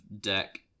deck